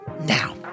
Now